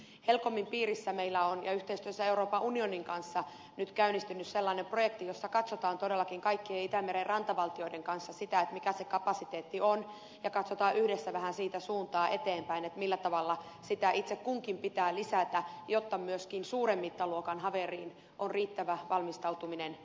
helcomin piirissä ja yhteistyössä euroopan unionin kanssa meillä on nyt käynnistynyt sellainen projekti jossa katsotaan todellakin kaikkien itämeren rantavaltioiden kanssa sitä mikä se kapasiteetti on ja katsotaan yhdessä vähän siitä suuntaa eteenpäin että millä tavalla sitä itse kunkin pitää lisätä jotta myöskin suuren mittaluokan haveriin on riittävä valmistautuminen olemassa